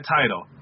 title